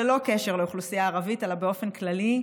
ללא קשר לאוכלוסייה הערבית אלא באופן כללי,